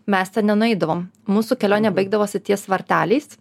mes ten nenueidavom mūsų kelionė baigdavosi ties varteliais